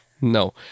no